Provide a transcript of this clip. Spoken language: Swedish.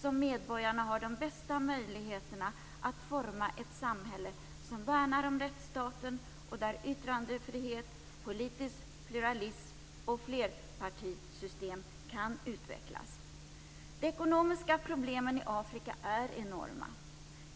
som medborgarna har de bästa möjligheterna att forma ett samhälle som värnar om rättsstaten och där yttrandefrihet, politisk pluralism och flerpartisystem kan utvecklas. De ekonomiska problemen i Afrika är enorma.